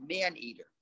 man-eater